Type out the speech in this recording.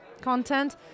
content